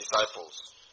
disciples